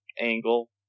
angle